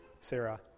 Sarah